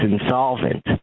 insolvent